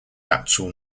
actual